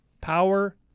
power